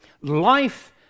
Life